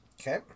Okay